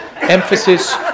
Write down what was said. emphasis